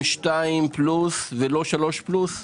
שתיים פלוס ולא שלוש פלוס?